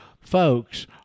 folks